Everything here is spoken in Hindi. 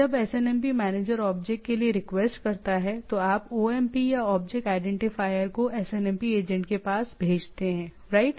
जब SNMP मैनेजर ऑब्जेक्ट के लिए रिक्वेस्ट करता है तो आप OMP या ऑब्जेक्ट आईडेंटिफायर को SNMP एजेंट के पास भेजते हैं राइट